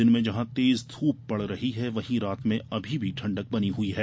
दिन में जहां तेज ध्रप पड़ रही है वहीं रात में अभी भी ठण्डक बनी हुई है